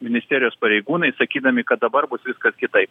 ministerijos pareigūnai sakydami kad dabar bus viskas kitaip